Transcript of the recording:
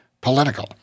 political